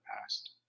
past